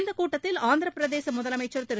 இந்தக் கூட்டத்தில் ஆந்திரப்பிரதேச முதலமைச்சர் திரு